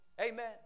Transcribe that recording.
Amen